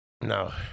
No